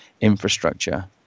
infrastructure